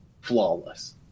flawless